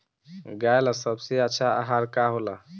गाय ला सबसे अच्छा आहार का होला?